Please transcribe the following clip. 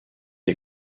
est